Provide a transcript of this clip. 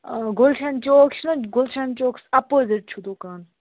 آ گُلشَن چوک چھُنا گُلشَن چوکَس اَپوزِٹ چھُ دُکان